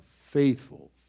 Faithful